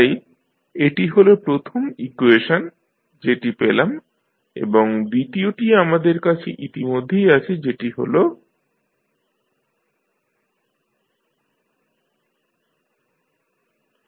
তাই এটি হল প্রথম ইকুয়েশন যেটি পেলাম এবং দ্বিতীয়টি আমাদের কাছে ইতিমধ্যেই আছে যেটি হল Cdecdtit